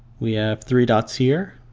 we have three dots here,